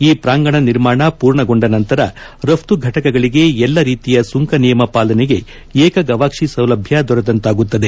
ಈ ಪ್ರಾಂಗಣ ನಿರ್ಮಾಣ ಪೂರ್ಣಗೊಂಡ ನಂತರ ರಫ್ತು ಘಟಕಗಳಿಗೆ ಎಲ್ಲಾ ರೀತಿಯ ಸುಂಕ ನಿಯಮ ಪಾಲನೆಗೆ ಏಕಗವಾಕ್ಷಿ ಸೌಲಭ್ಯ ದೊರೆತಂತಾಗುತ್ತದೆ